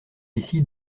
ici